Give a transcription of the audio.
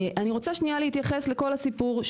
אני רוצה שנייה להתייחס לכל הסיפור,